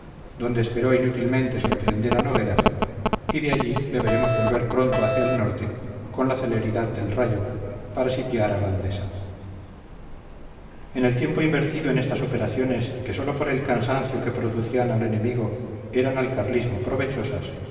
donde esperó inútilmente sorprender a nogueras y de allí le veremos volver pronto hacia el norte con la celeridad del rayo para sitiar a gandesa en el tiempo invertido en estas operaciones que sólo por el cansancio que producían al enemigo eran al carlismo provechosas